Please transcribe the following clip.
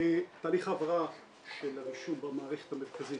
תהליך העברה של הרישום במערכת המרכזית,